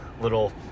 little